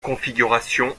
configurations